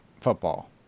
football